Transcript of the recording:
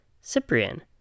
Cyprian